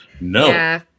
No